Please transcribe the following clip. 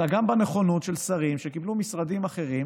אלא גם בנכונות של שרים שקיבלו משרדים אחרים